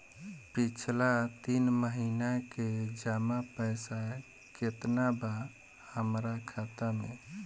पिछला तीन महीना के जमा पैसा केतना बा हमरा खाता मे?